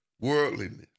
worldliness